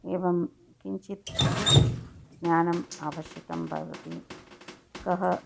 एवं किञ्चित् तु ज्ञानम् आवश्यकं भवति कः